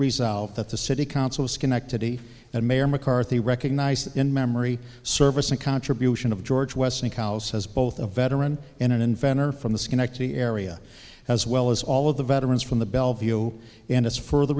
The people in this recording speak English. resolved that the city council schenectady and mayor mccarthy recognized in memory service and contribution of george westinghouse as both a veteran and an inventor from the schenectady area as well as all of the veterans from the bellevue and us further